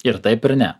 ir taip ir ne